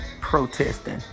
protesting